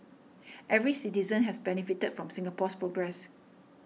every citizen has benefited from Singapore's progress